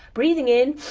breathing in.